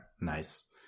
Nice